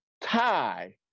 tie